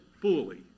fully